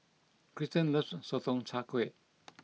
Kirsten loves Sotong Char Kway